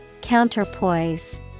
Counterpoise